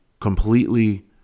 completely